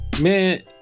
Man